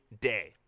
day